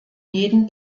jeden